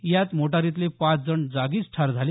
यात मोटारीतले पाच जण जागीच ठार झाले